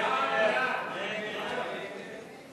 ההצעה להסיר מסדר-היום את הצעת חוק פדיון הבית,